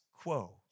quo